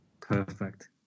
perfect